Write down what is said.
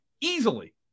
Easily